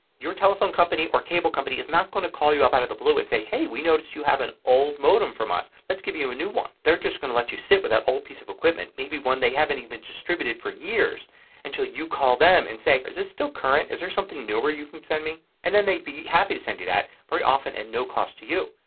your telephone company or cable company is not going to call you up out of the blue and say hey we notice you have an old modem from us. let's give you you a new one. they're just going to let you sit with that old piece of equipment. maybe one they haven't even distributed for years until you call them and say is this still current. is there something newer you can send me. and then they would be happy to send you that very often at and no cost to you.